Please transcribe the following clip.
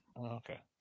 Okay